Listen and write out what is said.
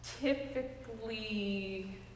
typically